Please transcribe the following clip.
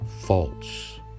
false